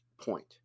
point